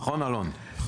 נכון אלון?